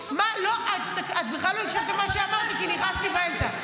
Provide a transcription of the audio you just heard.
את בכלל לא הקשבת למה שאמרתי כי נכנסת לי באמצע.